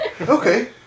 Okay